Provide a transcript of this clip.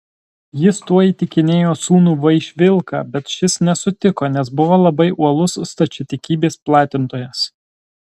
jis tuo įtikinėjo sūnų vaišvilką bet šis nesutiko nes buvo labai uolus stačiatikybės platintojas